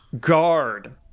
guard